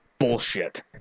bullshit